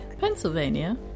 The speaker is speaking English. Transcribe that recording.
Pennsylvania